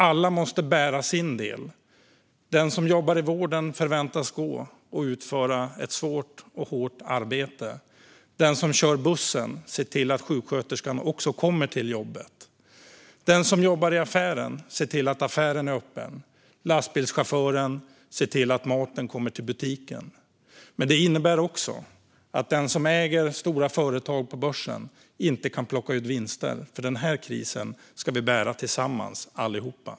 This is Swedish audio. Alla måste bära sin del. Den som jobbar i vården förväntas utföra ett svårt och hårt arbete. Den som kör bussen ser till att sjuksköterskan också kommer till jobbet. Den som jobbar i affären ser till att affären är öppen. Lastbilschauffören ser till att maten kommer till butiken. Men det innebär också att de som äger stora företag på börsen inte kan plocka ut vinster, för denna kris ska vi bära tillsammans allihop.